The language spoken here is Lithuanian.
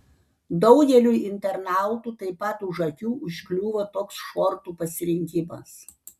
daugeliui internautų taip pat už akių užkliuvo toks šortų pasirinkimas